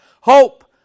Hope